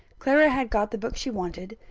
clara had got the book she wanted,